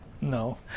No